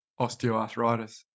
osteoarthritis